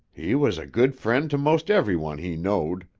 he was a good friend to most every one he knowed.